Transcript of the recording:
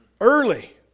Early